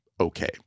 okay